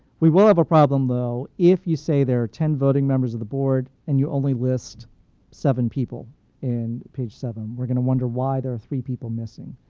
we will have a problem, though, if you say there are ten voting members of the board and you only list seven people in page seven. we're going to wonder why there are three people missing.